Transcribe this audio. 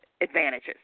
advantages